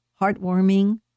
heartwarming